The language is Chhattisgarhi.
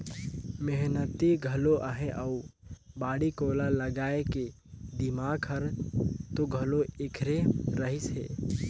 मेहनती घलो अहे अउ बाड़ी कोला लगाए के दिमाक हर तो घलो ऐखरे रहिस हे